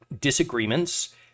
disagreements